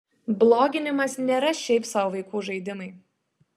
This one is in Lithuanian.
bloginimas nėra šiaip sau vaikų žaidimai